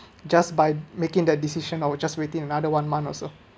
just by making that decision I’ll just waiting another one month also